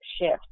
shift